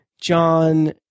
John